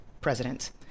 presidents